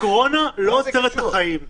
הקורונה לא עוצרת את החיים.